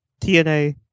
TNA